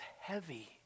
heavy